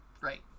Right